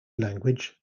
language